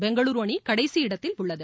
பெங்களூரு அணி கடைசி இடத்தில் உள்ளது